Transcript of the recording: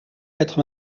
quatre